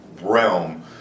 realm